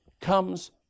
comes